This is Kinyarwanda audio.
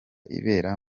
ibera